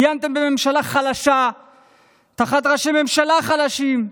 כיהנתם בממשלה חלשה תחת ראשי ממשלה חלשים,